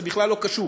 זה בכלל לא קשור,